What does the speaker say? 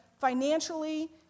financially